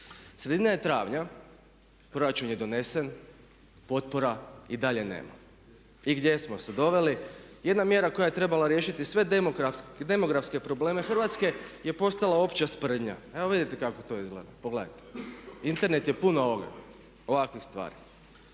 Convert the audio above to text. Sredina je travnja, proračun je donesen. Potpora i dalje nema. I gdje smo se doveli? Jedna mjera koja je trebala riješiti sve demografske probleme Hrvatske je postala opća sprdnja. Evo vidite kako to izgleda, pogledajte. Internet je pun ovoga, ovakvih stvari.